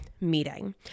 meeting